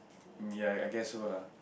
ya I guess so lah